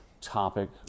topic